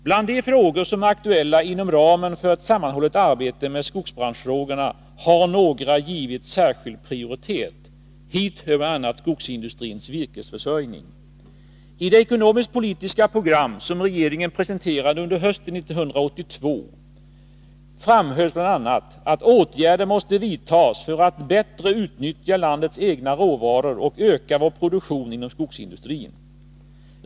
Bland de frågor som är aktuella inom ramen för ett sammanhållet arbete med skogsbranschfrågorna har några givits särskild prioritet. Hit hör bl.a. skogsindustrins virkesförsörjning. I det ekonomisk-politiska program som regeringen presenterade under hösten 1982 framhölls bl.a. att åtgärder måste vidtas för att bättre utnyttja landets egna råvaror och öka vår produktion inom skogsindustrin.